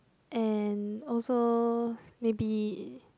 and also maybe